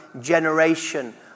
generation